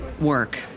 work